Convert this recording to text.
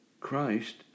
Christ